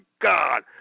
God